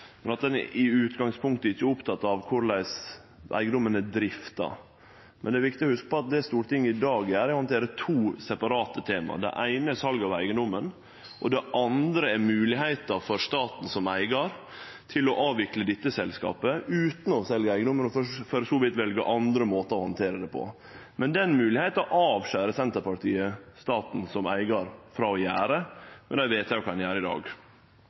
men at ein i utgangspunktet ikkje er oppteken av korleis eigedommen er drifta. Men det er viktig å hugse på at det Stortinget i dag gjer, er å handtere to separate tema. Det eine er salet av eigedommen, det andre er moglegheita for staten som eigar til å avvikle dette selskapet utan å selje eigedommen og for så vidt velje andre måtar å handtere det på. Men den moglegheita avskjer Senterpartiet staten som eigar frå å gjere, med det vedtaket ein gjer i dag.